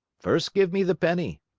first give me the penny.